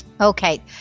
Okay